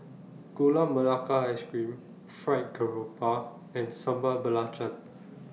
Gula Melaka Ice Cream Fried Garoupa and Sambal Belacan